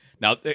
Now